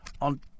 on